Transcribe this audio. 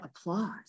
applause